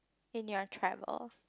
in your travels